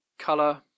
color